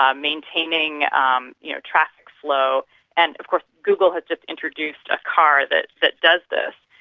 um maintaining um you know traffic flow and of course google have just introduced a car that that does this,